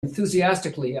enthusiastically